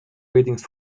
ratings